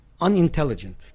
Unintelligent